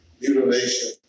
mutilation